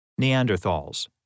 Neanderthals